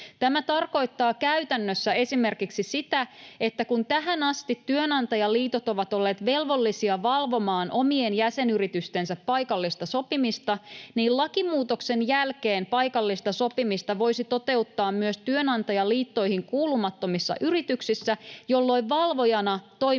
Tämä tarkoittaa käytännössä esimerkiksi sitä, että kun tähän asti työnantajaliitot ovat olleet velvollisia valvomaan omien jäsenyritystensä paikallista sopimista, niin lakimuutoksen jälkeen paikallista sopimista voisi toteuttaa myös työnantajaliittoihin kuulumattomissa yrityksissä, jolloin valvojana toimisi